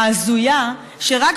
ההזויה, שרק